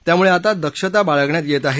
त्यामुळे आता दक्षता बाळगण्यात येत आहे